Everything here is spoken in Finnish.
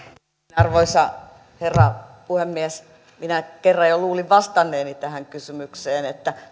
arvoisa herra puhemies minä kerran vastanneeni tähän kysymykseen että